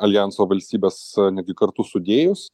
aljanso valstybės netgi kartu sudėjus